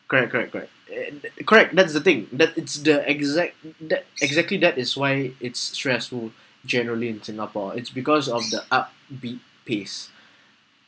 correct correct correct and the correct that's the thing that it's the exact that exactly that is why it's stressful generally in singapore it's because of the upbeat pace